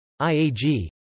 IAG